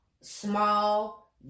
small